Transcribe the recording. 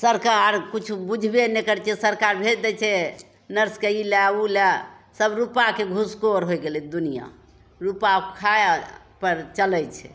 सरकार किछु बुझबे नहि करै छै सरकार भेजि दै छै नर्सके ई ले ओ ले सब रुपाके घुसखोर हो गेलै दुनिआँ रुपा खाइ आओरपर चलै छै